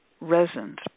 resins